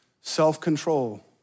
Self-control